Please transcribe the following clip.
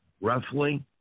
Roughly